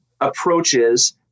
approaches